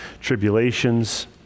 tribulations